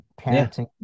parenting